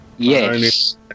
Yes